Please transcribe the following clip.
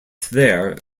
there